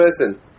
person